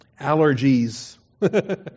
allergies